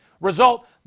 Result